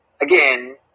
again